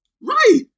Right